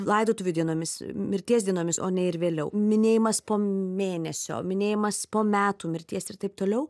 laidotuvių dienomis mirties dienomis o ne ir vėliau minėjimas po mėnesio minėjimas po metų mirties ir taip toliau